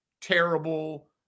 terrible